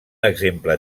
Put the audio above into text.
exemple